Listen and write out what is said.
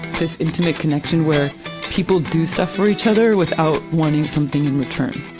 this intimate connection where people do suffer each other without wanting something in return.